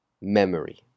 Memory